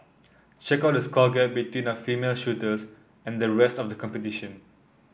check out the score gap between our female shooters and the rest of the competition